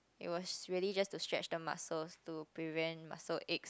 it was really just to stretch the muscles to prevent muscle aches